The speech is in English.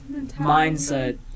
mindset